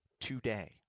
today